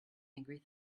angry